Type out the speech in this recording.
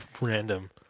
random